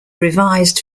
revised